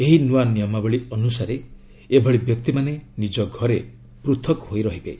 ଏହି ନୂଆ ନିୟମାବଳୀ ଅନୁସାରେ ଏଭଳି ବ୍ୟକ୍ତିମାନେ ନିଜ ଘରେ ପୃଥକ ହୋଇ ରହିବେ